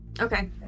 Okay